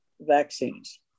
vaccines